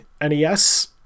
nes